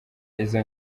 izo